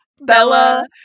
bella